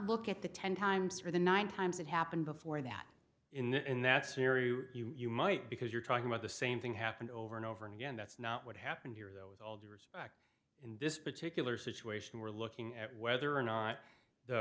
look at the ten times or the nine times it happened before that in that scenario you might because you're talking about the same thing happened over and over again that's not what happened here though with all due respect in this particular situation we're looking at whether or not the